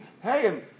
hey